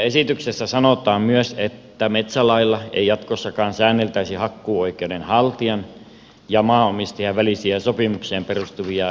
esityksessä sanotaan myös että metsälailla ei jatkossakaan säänneltäisi hakkuuoikeuden haltijan ja maanomistajan välisiä sopimukseen perustuvia yksityisoikeudellisia suhteita